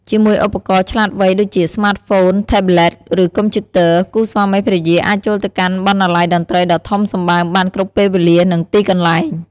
ជាមួយឧបករណ៍ឆ្លាតវៃដូចជាស្មាតហ្វូន ថេបប្លេត ឬកុំព្យូទ័រ គូស្វាមីភរិយាអាចចូលទៅកាន់បណ្ណាល័យតន្ត្រីដ៏ធំសម្បើមបានគ្រប់ពេលវេលា និងទីកន្លែង។